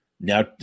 now